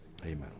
amen